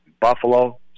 Buffalo